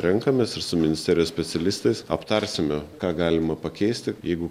renkamės ir su ministerijos specialistais aptarsime ką galima pakeisti jeigu